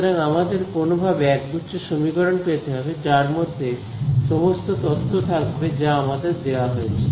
সুতরাং আমাদের কোনভাবে একগুচ্ছ সমীকরণ পেতে হবে যার মধ্যে সমস্ত তথ্য থাকবে যা আমাদের দেওয়া হয়েছে